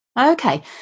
Okay